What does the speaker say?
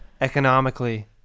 economically